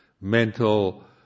mental